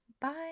bye